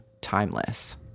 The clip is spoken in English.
timeless